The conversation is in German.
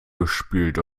gespült